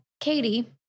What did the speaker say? Katie